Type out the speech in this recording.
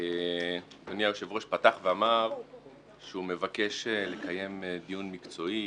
אדוני היושב-ראש פתח ואמר שהוא מבקש לקיים דיון מקצועי,